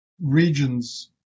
regions